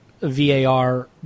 VAR